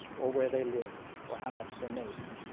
or where they live, or how much they make.